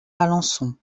alençon